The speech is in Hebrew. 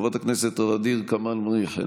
חברת הכנסת ע'דיר כמאל מריח,